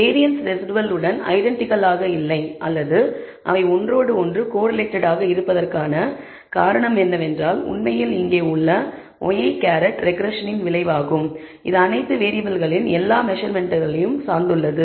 variance residual உடன் identical ஆக இல்லை அல்லது அவை ஒன்றோடு ஒன்று கோரிலேட்டட் ஆக இருப்பதற்கான காரணம் என்னவென்றால் உண்மையில் இங்கே உள்ள ŷi ரெக்ரெஸ்ஸனின் விளைவாகும் இது அனைத்து வேறியபிள்களின் எல்லா மெசர்மென்ட்களையும் சார்ந்துள்ளது